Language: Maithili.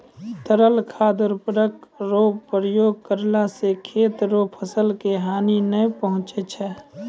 तरल खाद उर्वरक रो प्रयोग करला से खेत रो फसल के हानी नै पहुँचय छै